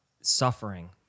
suffering